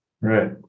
Right